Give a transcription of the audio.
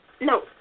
no